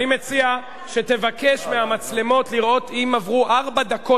אני מציע שתבקש מהמצלמות לראות אם עברו ארבע דקות,